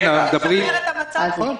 זה יישמר את המצב.